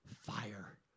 fire